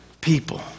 People